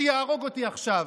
שיהרוג אותי עכשיו.